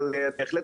אבל בהחלט,